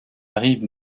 rive